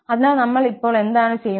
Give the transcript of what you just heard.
അതിനാൽ നമ്മൾ ഇപ്പോൾ എന്താണ് ചെയ്യുന്നത്